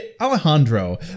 Alejandro